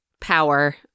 power